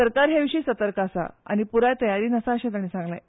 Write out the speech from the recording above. सरकार हे विशीं सतर्क आसा आनी प्राय तयारीन आसा अशें तांणी सांगलें